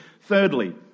Thirdly